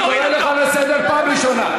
אני קורא אותך לסדר פעם ראשונה.